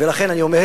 אני אומר